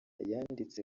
yanditse